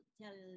tell